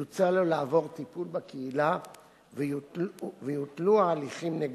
יוצע לו לעבור טיפול בקהילה ויותלו ההליכים נגדו.